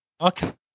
okay